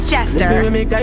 Jester